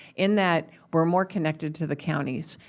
in that we're more connected to the counties.